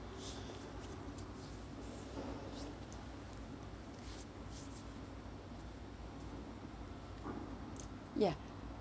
ya